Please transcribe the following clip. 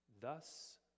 Thus